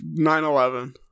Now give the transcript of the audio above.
9-11